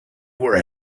were